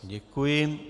Děkuji.